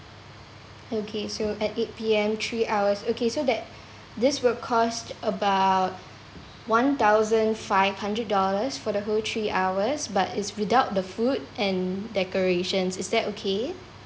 okay so at eight P_M three hours okay so that this will cost about one thousand five hundred dollars for the whole three hours but is without the food and decorations is that okay